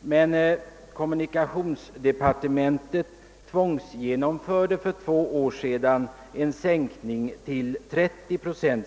men kommunikationsdepartementet = tvångsgenomförde för två år sedan en sänkning av detta statsbidrag till 30 procent.